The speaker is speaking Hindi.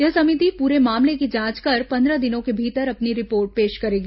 यह समिति प्रे मामले की जांच कर पन्द्रह दिनों के भीतर अपनी रिपोर्ट पेश करेगी